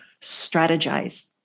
strategize